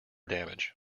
damage